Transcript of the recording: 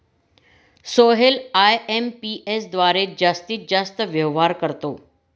Sohail IMPS द्वारे जास्तीत जास्त व्यवहार करतो